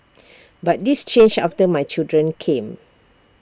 but this changed after my children came